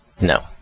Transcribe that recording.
No